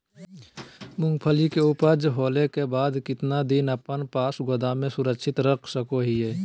मूंगफली के ऊपज होला के बाद कितना दिन अपना पास गोदाम में सुरक्षित रख सको हीयय?